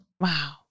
Wow